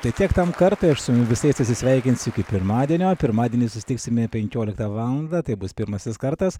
tai tiek tam kartui aš su visais atsisveikinsiu iki pirmadienio pirmadienį susitiksime penkioliktą valandą tai bus pirmasis kartas